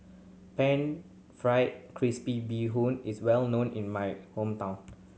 Pan Fried Crispy Bee Hoon is well known in my hometown